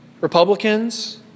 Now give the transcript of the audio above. Republicans